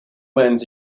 winds